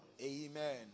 Amen